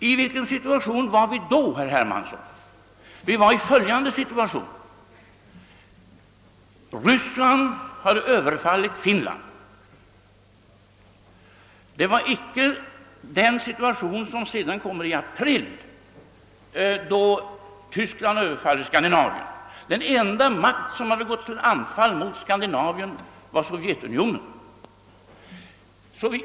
I vilken situation var vi då, herr Hermansson? Vi befann oss i följande situation. Ryssland hade överfallit Finland. Det var icke den situation som sedan inträdde i april, då Tyskland överföll Skandinavien. Den enda makt som hade gått till anfall mot Skandinavien var Sovjetunionen.